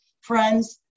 friends